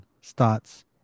starts